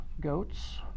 goats